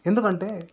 ఎందుకంటే